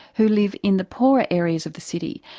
who live in the poorer areas of the city,